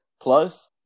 plus